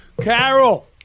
Carol